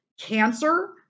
cancer